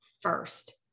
first